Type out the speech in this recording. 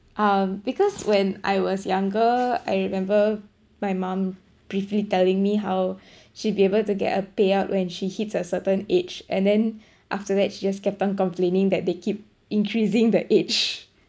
um because when I was younger I remember my mum briefly telling me how she'd be able to get a payout when she hits a certain age and then after that she just kept on complaining that they keep increasing the age